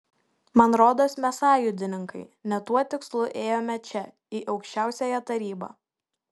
man rodos mes sąjūdininkai ne tuo tikslu ėjome čia į aukščiausiąją tarybą